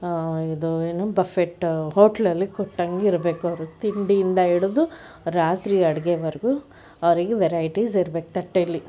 ಇದು ಏನು ಬಫೆಟ್ ಹೋಟ್ಲಲ್ಲಿ ಕೊಟ್ಟಂಗಿರಬೇಕು ಅವರು ತಿಂಡಿಯಿಂದ ಹಿಡಿದು ರಾತ್ರಿ ಅಡುಗೆವರೆಗೂ ಅವರಿಗೆ ವೆರೈಟೀಸ್ ಇರಬೇಕು ತಟ್ಟೆಯಲ್ಲಿ